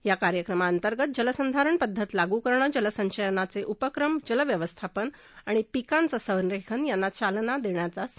या कार्यक्रमांतर्गत जलसंधारण पद्धती लागुकरणं जलसंचयनाचे उपक्रम जलव्यवस्थापन आणि पिकांचं संरेखन यांना चालना देण्याचा समावेश आहे